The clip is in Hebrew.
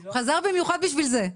הוא חזר במיוחד בשביל זה.